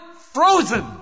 frozen